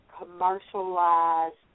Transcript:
commercialized